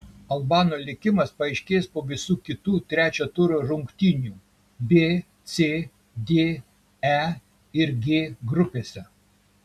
albanų likimas paaiškės po visų kitų trečio turo rungtynių b c d e ir g grupėse